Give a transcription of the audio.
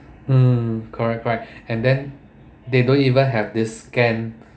um correct correct and then they don't even have this scan